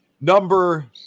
number